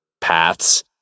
paths